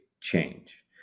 change